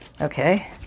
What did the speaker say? okay